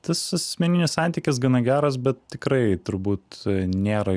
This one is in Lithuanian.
tas asmeninis santykis gana geras bet tikrai turbūt nėra